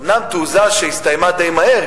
אומנם תעוזה שהסתיימה די מהר,